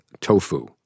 tofu